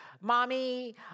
Mommy